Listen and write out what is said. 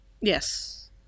Yes